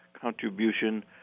contribution